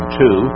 two